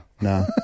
No